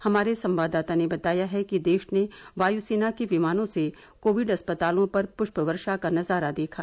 हमारे संवाददाता ने बताया है कि देश ने वायु सेना के विमानों से कोविड अस्पतालों पर पुष्प वर्षा का नजारा देखा